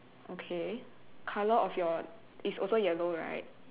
okay colour of your is also yellow right